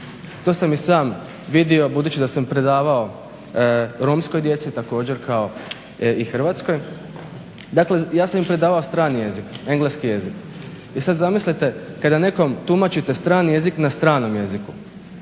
To sam i sam vidio da sam predavao romskoj djeci također kao i hrvatskoj. Dakle, ja sam im predavao strani jezik, engleski jezik i sad zamislite kada nekom tumačite strani jezik na stranom jeziku.